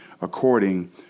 according